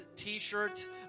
t-shirts